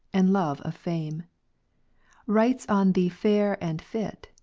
and love of fame writes on the fair and fit,